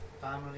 family